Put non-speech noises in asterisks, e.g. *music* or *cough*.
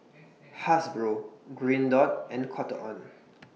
*noise* Hasbro Green Dot and Cotton on *noise*